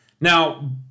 Now